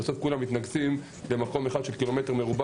כולם מתנקזים במקום אחד של קילומטר מרובע